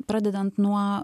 pradedant nuo